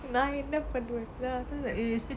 நான் என்ன பண்ணுவேன்:naan enna pannuvaen I was just like